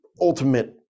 ultimate